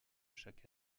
chaque